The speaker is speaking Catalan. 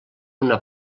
una